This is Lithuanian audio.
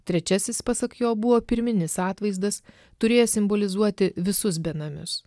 trečiasis pasak jo buvo pirminis atvaizdas turėjęs simbolizuoti visus benamius